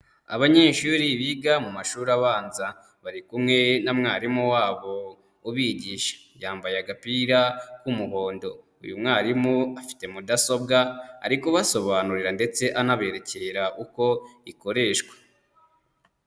Abanyeshuri biga mu mashuri abanza, bari kumwe na mwarimu wabo ubigisha, yambaye agapira k'umuhondo, uyu mwarimu afite mudasobwa, ari kubasobanurira ndetse anaberekera uko ikoreshwa.